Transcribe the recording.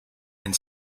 and